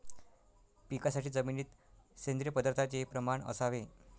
पिकासाठी जमिनीत सेंद्रिय पदार्थाचे प्रमाण असावे